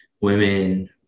women